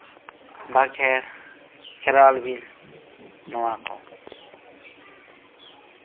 ᱵᱟᱸᱠᱷᱮᱬ ᱠᱷᱮᱨᱣᱟᱲ ᱵᱤᱨ ᱱᱚᱶᱟ ᱠᱚ